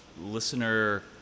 listener